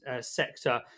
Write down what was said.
sector